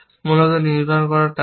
মূলত নির্মাণ করা টাওয়ার